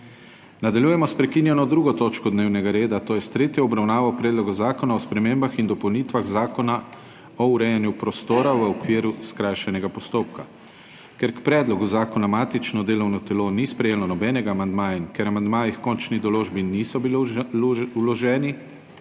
Nadaljujemo s prekinjeno 2. točko dnevnega reda, to je s tretjo obravnavo Predloga zakona o spremembah in dopolnitvah Zakona o urejanju prostora v okviru skrajšanega postopka. Ker k predlogu zakona matično delovno telo ni sprejelo nobenega amandmaja in ker amandmaji h končni določbi niso bili vloženi,